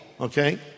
Okay